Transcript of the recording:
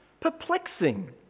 perplexing